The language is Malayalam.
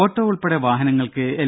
ഓട്ടോ ഉൾപ്പെടെ വാഹനങ്ങൾക്ക് എൽ